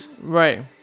Right